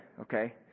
okay